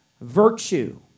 virtue